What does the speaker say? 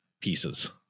pieces